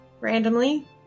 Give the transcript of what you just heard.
randomly